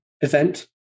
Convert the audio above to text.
event